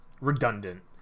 redundant